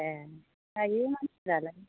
एह जायो मानसिफ्रालाय